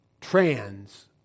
trans